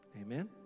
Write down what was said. amen